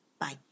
Bye